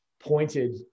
pointed